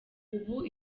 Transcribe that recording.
ubu